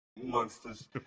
monsters